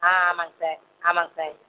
ஆ ஆமாங்க சார் ஆமாங்க சார்